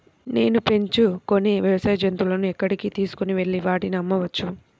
నేను పెంచుకొనే వ్యవసాయ జంతువులను ఎక్కడికి తీసుకొనివెళ్ళి వాటిని అమ్మవచ్చు?